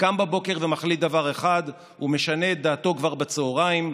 קם בבוקר ומחליט דבר אחד ומשנה את דעתו כבר בצוהריים,